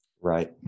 Right